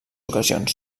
ocasions